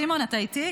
סימון, אתה איתי?